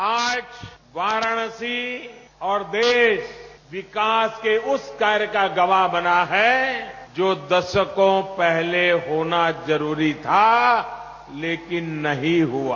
bite आज वाराणसी और देश विकास के उस कार्य का गवाह बना है जो दशको पहले होना जरूरी था लेकिन नहीं हुआ